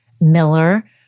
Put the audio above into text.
Miller